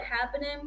happening